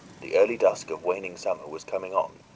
the early dusk of waning summer was coming on,